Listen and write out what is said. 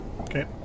Okay